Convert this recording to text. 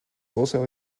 also